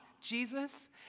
Jesus